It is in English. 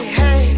hey